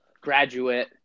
graduate